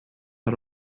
are